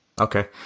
Okay